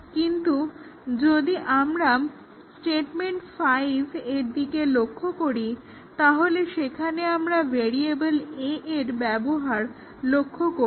কিন্তু যদি তোমরা স্টেটমেন্ট 5 এর দিকে লক্ষ্য করো তাহলে সেখানে আমরা ভ্যারিয়েবল a এর ব্যবহার লক্ষ্য করবো